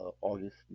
august